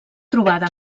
trobada